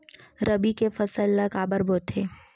रबी के फसल ला काबर बोथे?